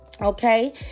Okay